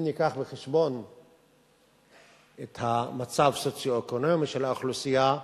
אם נביא בחשבון את המצב הסוציו-אקונומי של האוכלוסייה,